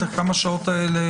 את השעות האלה,